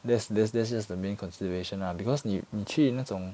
that's that's that's just the main consideration lah because 你你去那种